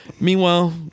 Meanwhile